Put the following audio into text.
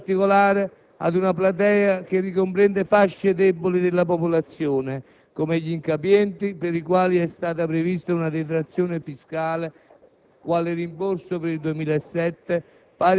Si tratta di disposizioni rivolte in particolare ad una platea che ricomprende fasce deboli della popolazione, come gli incapienti, per i quali è stata prevista una detrazione fiscale,